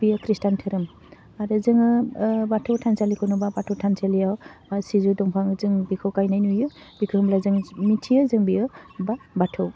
बेयो खृष्टान धोरोम आरो जोङो ओह बाथौ थानसालिखौ नुबा बाथौ थानसालियाव बा सिजौ दंफां जों बेखौ गायनाय नुयो बेखौ होमब्ला जों मिथियो जों बेयो बा बाथौ